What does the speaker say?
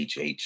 HH